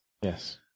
Yes